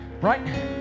Right